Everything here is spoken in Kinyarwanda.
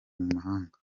mumahanga